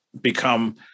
become